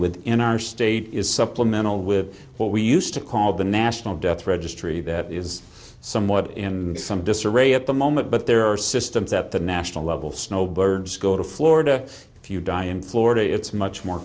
with in our state is supplemental with what we used to call the national death registry that is somewhat in some disarray at the moment but there are systems at the national level snowbirds go to florida if you die in florida it's much more